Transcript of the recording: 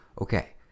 Okay